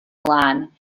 milan